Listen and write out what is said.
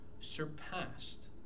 surpassed